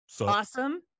Awesome